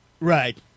Right